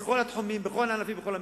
בכל התחומים, בכל הענפים, בכל המגזרים.